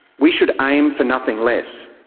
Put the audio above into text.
we should aim for nothing less.